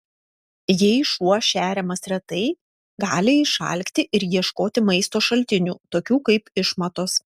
jei šuo šeriamas retai gali išalkti ir ieškoti maisto šaltinių tokių kaip išmatos